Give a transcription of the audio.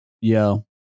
Yo